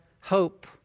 hope